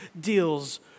deals